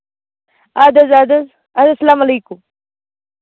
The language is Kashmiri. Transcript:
اَدٕ حظ اَدٕ حظ اَدٕحظ سَلام علیکُم